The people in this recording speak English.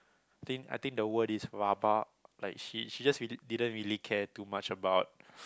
I think I think the word is rabak like she she just re~ didn't really care too much about